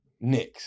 next